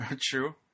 True